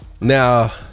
Now